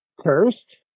cursed